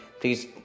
please